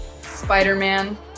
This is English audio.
spider-man